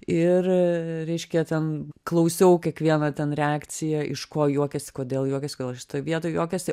ir reiškia ten klausiau kiekvieną ten reakciją iš ko juokiasi kodėl juokiasi kodėl šitoj vietoj juokiasi